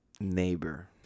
Neighbor